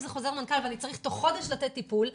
אם זה חוזר מנכ"ל ואני צריכה תוך חודש לתת טיפול,